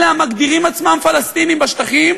אלה המגדירים עצמם פלסטינים בשטחים,